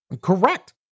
Correct